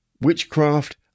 Witchcraft